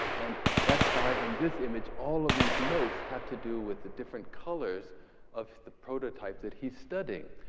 and that's why, in this image, all of these notes have to do with the different colors of the prototype that he's studying.